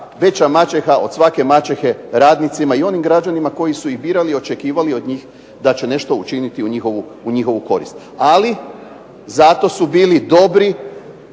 veća maćeha od maćehe radnicima i onim građanima koji su ih birali i očekivali od njih da će nešto učiniti u njihovu korist. Ali zato su bili dobri